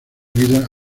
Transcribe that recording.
vida